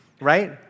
right